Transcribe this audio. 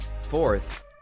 Fourth